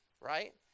right